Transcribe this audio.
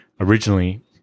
Originally